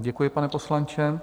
Děkuji, pane poslanče.